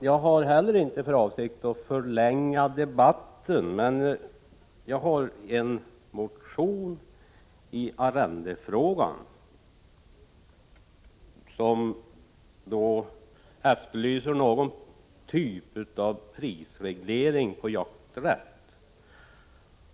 Herr talman! Inte heller jag har för avsikt att förlänga debatten. Men jag har en motion i arrendefrågan där jag efterlyser någon typ av prisreglering på jakträtt.